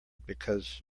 because